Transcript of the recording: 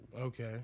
Okay